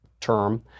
term